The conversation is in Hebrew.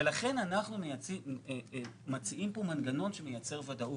ולכן אנחנו מציעים פה מנגנון שמייצר ודאות.